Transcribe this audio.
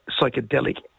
psychedelic